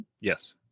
Yes